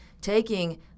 taking